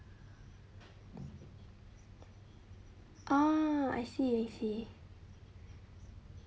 orh I see I see